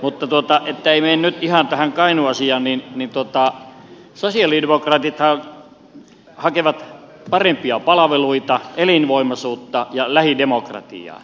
mutta jotta ei mene nyt ihan tähän kainuu asiaan niin sanon että sosialidemokraatithan hakevat parempia palveluita elinvoimaisuutta ja lähidemokratiaa